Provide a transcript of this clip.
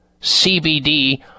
CBD